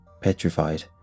Petrified